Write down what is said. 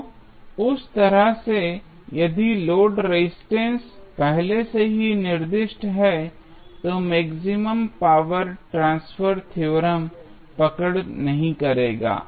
तो उस तरह से यदि लोड रेजिस्टेंस पहले से ही निर्दिष्ट है तो मैक्सिमम पावर ट्रांसफर थ्योरम पकड़ नहीं करेगा